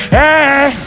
Hey